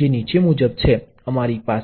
circuit માંથી 0